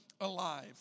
alive